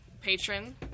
patron